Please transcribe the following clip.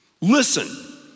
Listen